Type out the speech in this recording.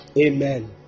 Amen